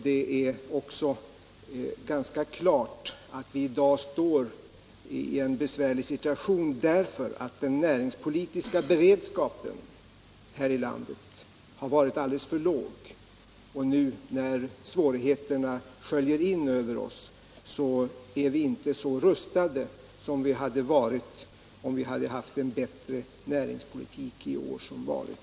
Det är också ganska klart att vi i dag befinner oss i en besvärlig situation därför att den näringspolitiska beredskapen här i landet har varit alldeles för låg och nu, när svårigheterna sköljer in över oss, är vi inte så rustade som vi skulle varit om vi hade haft en bättre näringspolitik under de år som gått.